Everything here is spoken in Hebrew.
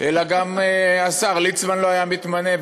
אלא גם השר ליצמן לא היה מתמנה,